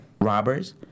robbers